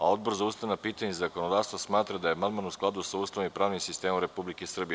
Odbor za ustavna pitanja i zakonodavstvo smatra da je amandman u skladu sa Ustavom i pravnim sistemom Republike Srbije.